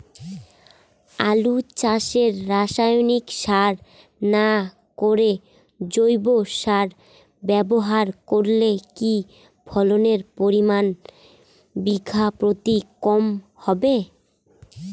আলু চাষে রাসায়নিক সার না করে জৈব সার ব্যবহার করলে কি ফলনের পরিমান বিঘা প্রতি কম হবে?